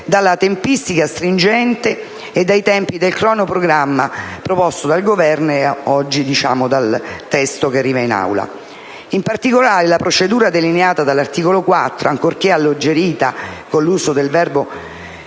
dalla tempistica stringente e dai tempi del cronoprogramma proposto dal Governo ed oggi dal testo del provvedimento all'esame dell'Assemblea. In particolare, la procedura delineata dall'articolo 4, ancorché alleggerita con l'uso del verbo